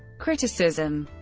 criticism